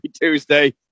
Tuesday